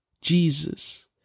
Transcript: Jesus